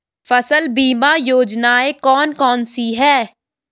फसल बीमा योजनाएँ कौन कौनसी हैं?